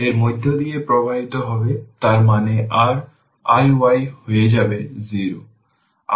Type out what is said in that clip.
এর মধ্য দিয়ে প্রবাহিত হবে তার মানে r iy হয়ে যাবে 0